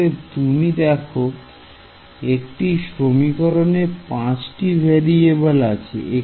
অতএব তুমি দেখো একটি সমীকরণ এ পাঁচটি ভেরিয়েবল আছে